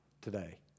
today